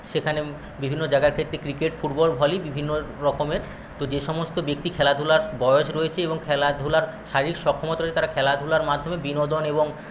সেখানে বিভিন্ন জায়গার ক্ষেত্রে ক্রিকেট ফুটবল ভলি বিভিন্ন রকমের তো যে সমস্ত ব্যক্তি খেলাধুলার বয়স রয়েছে এবং খেলাধুলার শারীরিক সক্ষমতা রয়েছে তারা খেলাধুলার মাধ্যমে বিনোদন এবং